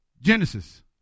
Genesis